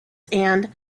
and